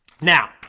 Now